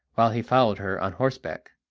while he followed her on horseback.